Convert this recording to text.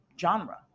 genre